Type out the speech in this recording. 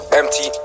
empty